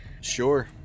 Sure